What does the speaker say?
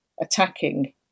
attacking